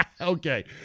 Okay